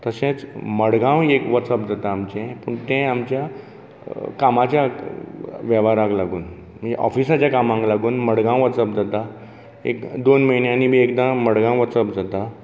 तशेंच मडगांव एक वचप जाता आमचें पूण ते आमच्या कामाच्या वेवहारांक लागून म्हणजे ऑफीसाच्या कामांक लागून मडगांव वचप जाता एक दोन म्हयन्यांनी मडगांव वचप जाता